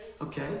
Okay